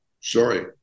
sorry